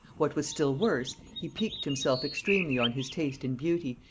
what was still worse, he piqued himself extremely on his taste in beauty,